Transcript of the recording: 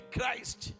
Christ